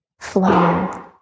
flow